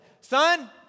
Son